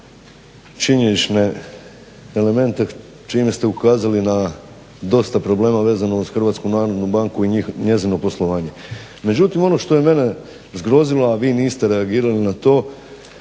činjenične elemente čime ste ukazali na dosta problema vezano uz Hrvatsku narodnu banku i njezino poslovanje. Međutim, ono što je mene zgrozilo, a vi niste reagirali na to